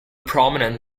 prominent